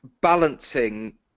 balancing